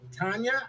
Tanya